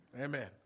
amen